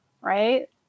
right